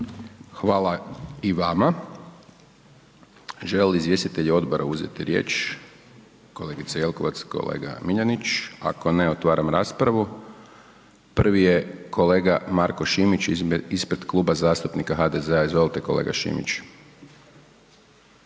Hvala i vama. Želi li izvjestitelj Odbora uzeti riječ? Kolegice Jelkovac, kolega Miljanić? Ako ne, otvaram raspravu. Prvi je kolega Marko Šimić ispred Kluba zastupnika HDZ-a, izvolite kolega Šimić.